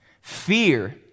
fear